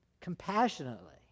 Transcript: compassionately